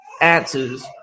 answers